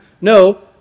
No